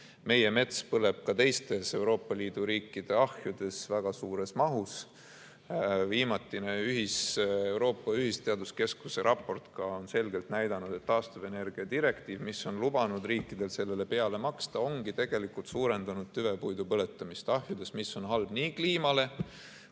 Meie mets põleb ka teiste Euroopa Liidu riikide ahjudes väga suures mahus. Viimatine Euroopa Liidu Ühisteaduskeskuse raport on selgelt näidanud, et taastuvenergia direktiiv, mis on lubanud riikidel sellele peale maksta, ongi tegelikult suurendanud tüvepuidu põletamist ahjudes, mis on halb nii kliimale